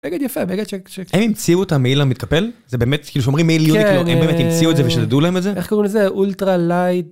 בגד יפה בגד ש ש הם המציאו את המעיל המתקפל זה באמת כאילו שאומרים מעיל המציאו את זה בשביל ...??? וזה איך קוראים לזה אולטרה לייט.